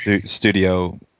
studio